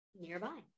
nearby